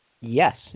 Yes